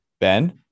Ben